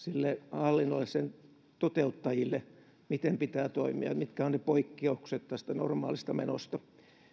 hallinnolle sen toteuttajille siitä miten pitää toimia mitkä ovat ne poikkeukset tästä normaalista menosta